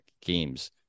games